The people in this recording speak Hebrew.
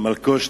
המלקוש,